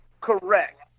Correct